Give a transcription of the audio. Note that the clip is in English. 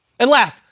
and last,